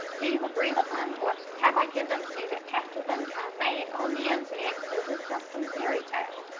do you agree with him, or have i convinced you that passive income made on the internet isn't just some fairy tale.